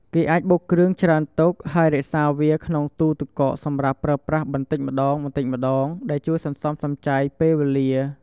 គេអាចបុកគ្រឿងច្រើនទុក ហើយរក្សាវាក្នុងទូទឹកកកសម្រាប់ប្រើប្រាស់បន្តិចម្តងៗ ដែលជួយសន្សំសំចៃពេលវេលា។